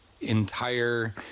entire